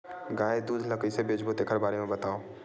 गाय दूध ल कइसे बेचबो तेखर बारे में बताओ?